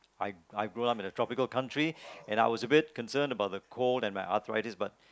I I grown up in a tropical country and I was a bit concerned about the cold and my arthritis but